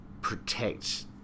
protect